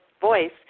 voice